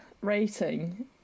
rating